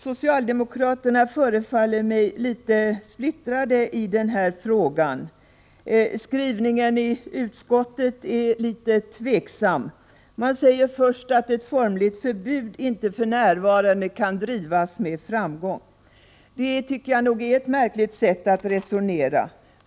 Socialdemokraterna förefaller mig splittrade i denna fråga. Skrivningen i utskottsbetänkandet har därför blivit tveksam. Man säger först att kravet på ett formligt förbud inte för närvarande kan drivas med framgång. Det är ju ett märkligt sätt att resonera!